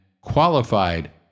qualified